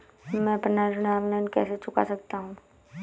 मैं अपना ऋण ऑनलाइन कैसे चुका सकता हूँ?